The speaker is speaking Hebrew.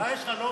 מה יש לך?